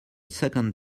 second